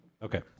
Okay